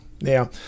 Now